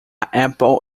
apple